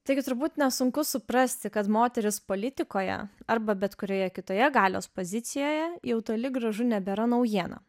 taigi turbūt nesunku suprasti kad moterys politikoje arba bet kurioje kitoje galios pozicijoje jau toli gražu nebėra naujiena